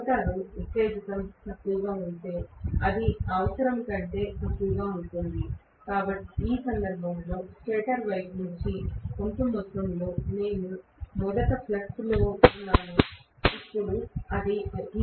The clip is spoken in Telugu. రోటర్ ఉత్తేజితం తక్కువగా ఉంటే అది అవసరం కంటే తక్కువగా ఉంటుంది ఈ సందర్భంలో స్టేటర్ వైపు నుండి కొంత మొత్తంలో రియాక్టివ్ కరెంట్ను తీసుకోవడం ఖచ్చితంగా అవసరం ఇది వాస్తవానికి ఏదైనా చేస్తుంది కొరత నేను మొదట ఫ్లక్స్లో ఉన్నాను